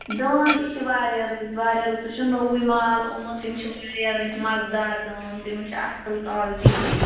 دٲن تہِ چھِ واریاہ رٕتۍ واریاہ رٕژ یہِ چھُ نوٚوُے مال اوٚنمُت تِم چھِ واریاہ رٕتۍ مَزٕدار دٲن تِمَن چھِ اَصٕل کالٹی ہٕنٛدۍ